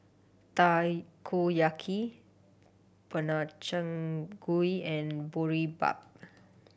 Takoyaki Gobchang Gui and Boribap